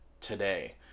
today